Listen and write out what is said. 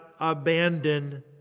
abandon